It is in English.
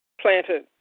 planted